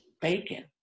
bacon